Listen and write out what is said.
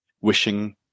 wishing